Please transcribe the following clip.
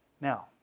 Now